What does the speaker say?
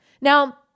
Now